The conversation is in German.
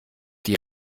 die